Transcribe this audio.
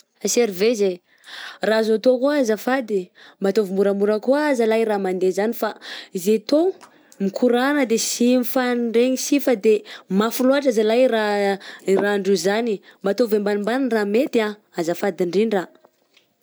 Serveuse e! _x000D_ Raha azo atao koa azafady, mba ataovy moramora koa a zalahy raha mande zany, zay tôgno mikoragna de sy mifandregny si fa de mafy loatra zalah e raha i rahandreo zany mba ataovy ambanimbany raha mety an azafady indrindra.